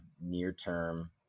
near-term